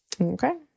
Okay